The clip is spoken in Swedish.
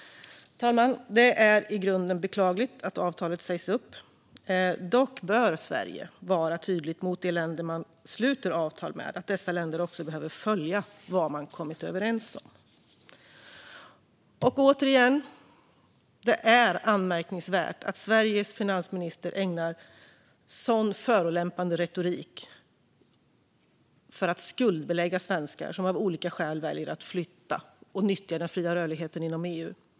Fru talman! Det är i grunden beklagligt att avtalet sägs upp. Dock bör Sverige vara tydligt mot de länder man sluter avtal med att dessa länder också behöver följa vad man kommit överens om. Det är, återigen, anmärkningsvärt att Sveriges finansminister använder en sådan förolämpande retorik för att skuldbelägga de svenskar som av olika skäl väljer att flytta och nyttja den fria rörligheten inom EU.